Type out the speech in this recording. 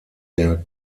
der